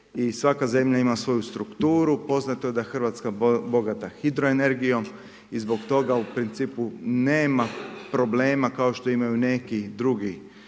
i svaka zemlja ima svoju strukturu. Poznato je da je Hrvatska bogata hidroenergijom i zbog toga u principu nema problema, kao što i imaju neki drugi